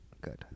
Good